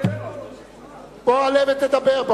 בוא עלה ותדבר.